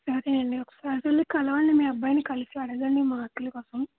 సరే అండీ ఒకసారి వెళ్ళి కలవండి మీ అబ్బాయిని కలిసి అడగండి మార్కుల కోసం